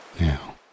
now